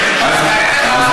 אני בעד.